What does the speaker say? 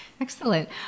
Excellent